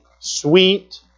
Sweet